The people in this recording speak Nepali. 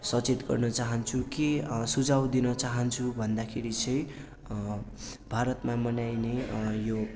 सचेत गर्न चाहन्छु के सुझाव दिन चाहन्छु भन्दाखेरि चाहिँ भारतमा मनाइने यो